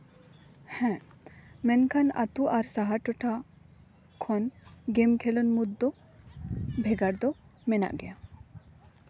ᱦᱮᱸ ᱢᱮᱱᱠᱷᱟᱱ ᱟᱛᱳ ᱟᱨ ᱥᱟᱦᱟᱨ ᱴᱚᱴᱷᱟ ᱠᱷᱚᱱ ᱜᱮᱢ ᱠᱷᱮᱞᱳᱱᱰ ᱢᱩᱫᱽ ᱫᱚ ᱵᱷᱮᱜᱟᱨ ᱫᱚ ᱢᱮᱱᱟᱜ ᱜᱮᱭᱟ